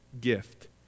gift